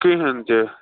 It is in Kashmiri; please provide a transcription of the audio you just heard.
کِہیٖنۍ تہِ